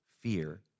fear